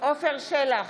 עפר שלח,